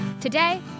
Today